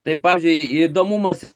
tai pavyzdžiui įdomu mums